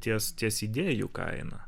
ties ties idėjų kaina